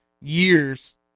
years